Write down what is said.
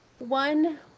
One